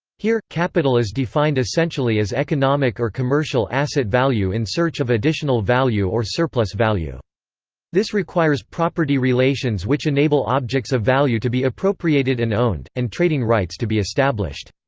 here, capital is defined essentially as economic or commercial asset value in search of additional value or surplus-value. this requires property relations which enable objects of value to be appropriated and owned, and trading rights to be established.